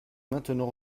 maintenant